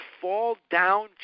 fall-down